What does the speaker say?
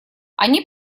они